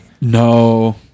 No